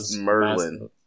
Merlin